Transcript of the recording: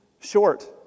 short